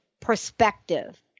perspective